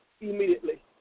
immediately